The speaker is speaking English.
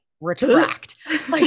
retract